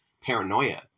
paranoia